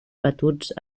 batuts